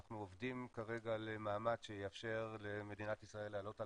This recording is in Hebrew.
אנחנו עובדים כרגע על מעמד שיאפשר למדינת ישראל לעלות על